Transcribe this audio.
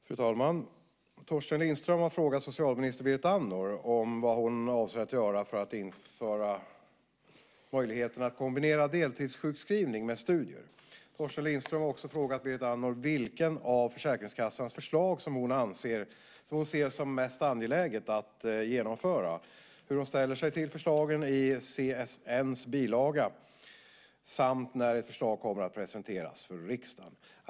Fru talman! Torsten Lindström har frågat socialminister Berit Andnor vad hon avser att göra för att införa möjligheten att kombinera deltidssjukskrivning med studier. Torsten Lindström har också frågat Berit Andnor vilket av Försäkringskassans förslag som hon ser som mest angeläget att genomföra, hur hon ställer sig till förslagen i CSN:s bilaga samt när ett förslag kommer att presenteras för riksdagen.